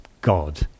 God